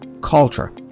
culture